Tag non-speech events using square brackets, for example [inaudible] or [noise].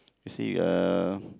you see uh [breath]